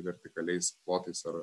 vertikaliais plotais ar